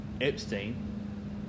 Epstein